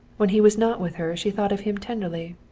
when he was not with her she thought of him tenderly,